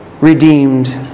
redeemed